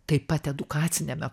taip pat edukaciniame